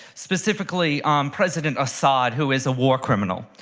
specifically um president assad, who is a war criminal.